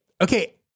Okay